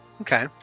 Okay